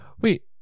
Wait